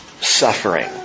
suffering